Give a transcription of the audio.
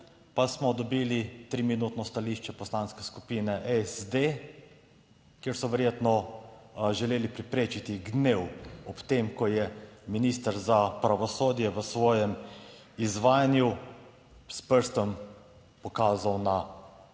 pa smo dobili triminutno stališče Poslanske skupine SD, kjer so verjetno želeli preprečiti gnev, ob tem, ko je minister za pravosodje v svojem izvajanju s prstom pokazal na